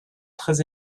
très